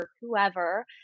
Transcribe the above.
whoever